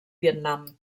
vietnam